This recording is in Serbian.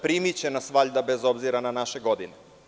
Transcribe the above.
Primiće nas, valjda, bez obzira na naše godine.